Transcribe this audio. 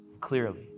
clearly